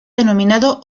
denominado